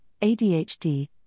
ADHD